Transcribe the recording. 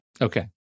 Okay